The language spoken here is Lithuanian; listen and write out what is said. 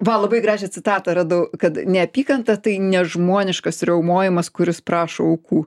va labai gražią citatą radau kad neapykanta tai nežmoniškas riaumojimas kuris prašo aukų